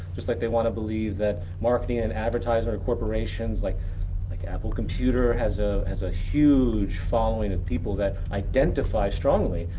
just like they want to believe that marketing and advertising or corporations like like apple computer has ah has a huge following of people that identify strongly.